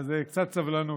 אז קצת סבלנות.